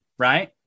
right